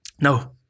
No